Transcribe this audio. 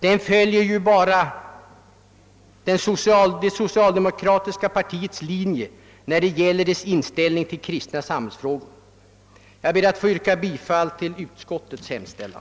Det fullföljer ju bara det socialdemokratiska partiets linje när det gäller dess inställning till de kristna samhällsfrågorna. Jag ber att få yrka bifall till utskottets hemställan.